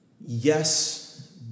Yes